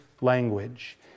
language